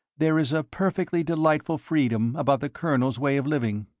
there is a perfectly delightful freedom about the colonel's way of living.